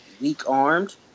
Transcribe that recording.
weak-armed